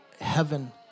heaven